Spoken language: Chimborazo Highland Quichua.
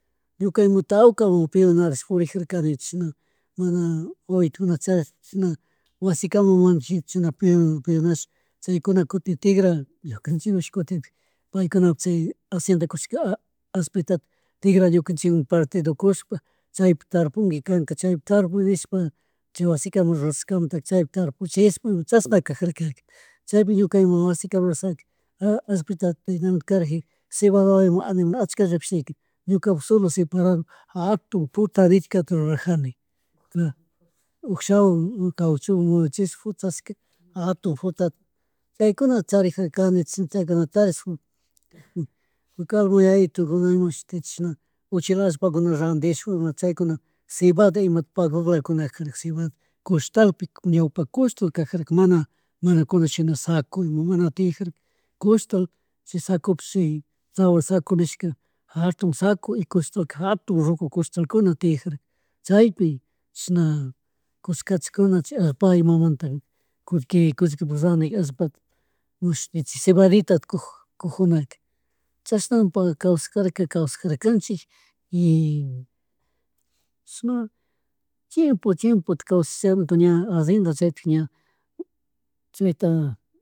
Ñuka ima tawka mun piunarishpurijarkani chishna mana, wawitukunata charish chishna wasi kamamun chishna peo- peonash chaykunakutin tigra ñukanchikmun kutintik paykunapuk chay acienda kushka allpitata tigra ñukanchik mun partido kushpa chaypi tarpungui kaka chaypi tarpuy nishpa chay wasi kamak rurashkamuntaka chay tarpuchishpa chashna kajarkaka chaypi ñuka ima wasi kamak shaki allpita karajika cebada ima animal ashllka ñukapuk solo ceparado jatun punta rickta rurajani. Ukshawan kawchuwan muyuchish futa jatun frutata, chaykuna charijarkani chishna chaykunata charish, ñukapak yayituguna imashuti chishna uchila allapakina randishpa ima chaykuna cebada ima pagoglayakuna cebada coshtalpi ñawpaka cushtal kajarka mana, mana kunanshina saco, ima mana tiyajarka, coshtal chi sacospi tzawar saco nishka jatun saco y costalka jatun ruku costalkuna tiyajarka chaypi chishna cushkachajuna paymunmantaka kullki kullki randika allpata mashti chi cebadita kug- kugjunaka chashna kawsarkarkaka kawsajarkanchim y shumak chiempo, chiempo, kawshamuti ña allenda chaytik ña, chayta